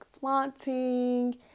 flaunting